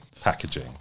packaging